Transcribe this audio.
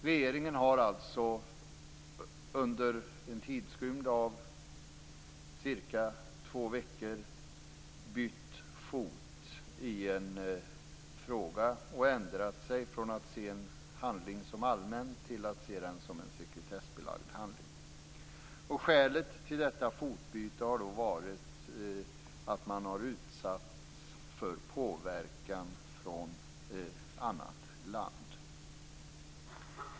Regeringen har alltså under en tidsrymd av cirka två veckor bytt fot i en fråga och ändrat sig från att se en handling som allmän till att se den som en sekretessbelagd handling. Skälet till detta fotbyte har varit att man har utsatts för påverkan från annat land.